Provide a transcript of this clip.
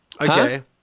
Okay